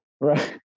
right